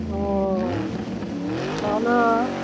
ᱚᱸᱻ ᱛᱟᱦᱚᱞᱮ